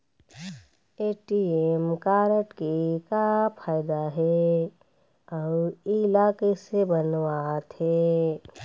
ATM card के का फायदा हे अऊ इला कैसे बनवाथे?